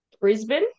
Brisbane